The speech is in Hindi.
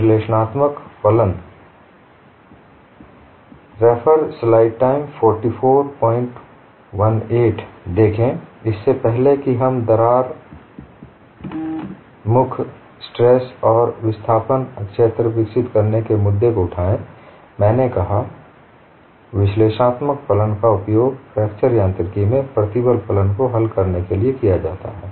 विश्लेषणात्मक फलन देखें इससे पहले कि हम दरार मुख स्ट्रेस और विस्थापन क्षेत्र विकसित करने के मुद्दे को उठाएं मैंने कहा विश्लेषणात्मक फलन का उपयोग फ्रैक्चर यांत्रिकी में प्रतिबल फलन को हल करने के लिए किया जाता है